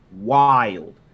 wild